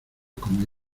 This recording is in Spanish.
con